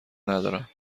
ندارم